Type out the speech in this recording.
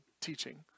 teaching